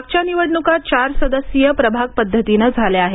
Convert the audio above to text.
मागच्या निवडण्का चार सदस्यीय प्रभाग पद्धतीने झाल्या आहेत